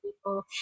people